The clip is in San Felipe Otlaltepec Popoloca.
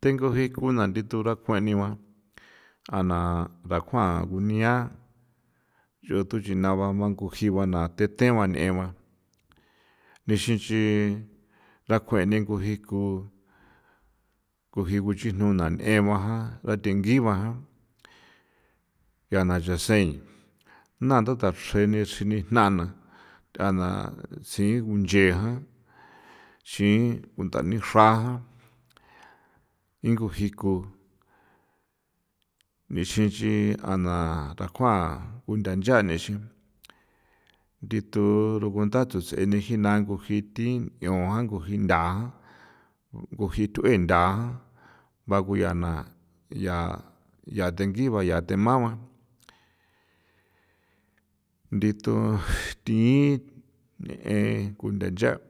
Thengu ji kuna thithura kuen jana dakuan kunia yutu chinaua ku ji na ba the ba negua nixinxi dakuenin ko ji ko ko ji kuxinuna nagua ja dathingi yaa naa dasen na thu dechrini nja na tsji kunchejan xii kunthanixra ni ko jikonixinxi jaa dakuan nthachanexe dithu rugunthato tjse nii jii na ku thi ko jintha ko jithue ntha'a baguyana yaa yaa thengiba dithun nee ncha